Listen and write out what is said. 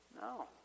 no